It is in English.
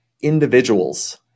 individuals